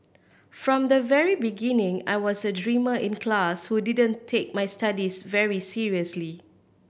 from the very beginning I was a dreamer in class who didn't take my studies very seriously